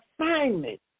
assignment